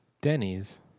Denny's